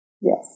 Yes